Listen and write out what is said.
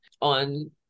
on